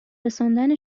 رساندن